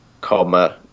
comma